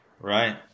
Right